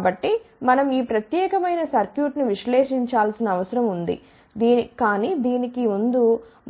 కాబట్టి మనం ఈ ప్రత్యేకమైన సర్క్యూట్ను విశ్లేషించాల్సిన అవసరం ఉంది కానీ దీనికి ముందు